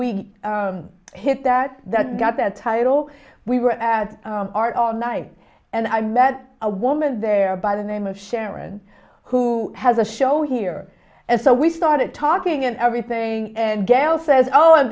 we hit that that's got that title we were at art all night and i met a woman there by the name of sharon who has a show here and so we started talking and everything and gal says oh and